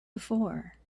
before